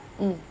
mm